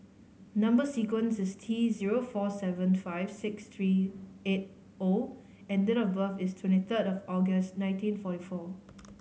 number sequence is T zero four seven five six three eight O and date of birth is twenty third of August nineteen forty four